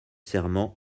serment